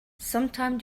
sometime